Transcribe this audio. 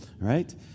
Right